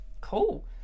cool